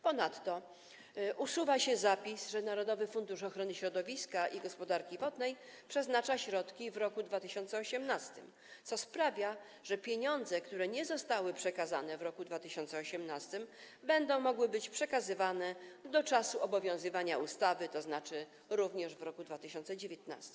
Ponadto usuwa się zapis, że Narodowy Fundusz Ochrony Środowiska i Gospodarki Wodnej przeznacza środki w roku 2018, co sprawia, że pieniądze, które nie zostały przekazane w roku 2018, będą mogły być przekazywane do czasu obowiązywania ustawy, tzn. również w roku 2019.